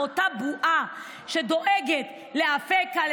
באותה בועה שדואגת לאפקה,